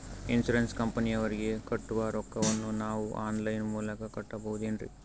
Insurance ಕಂಪನಿಯವರಿಗೆ ಕಟ್ಟುವ ರೊಕ್ಕ ವನ್ನು ನಾನು ಆನ್ ಲೈನ್ ಮೂಲಕ ಕಟ್ಟಬಹುದೇನ್ರಿ?